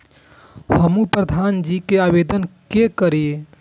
हमू प्रधान जी के आवेदन के करी?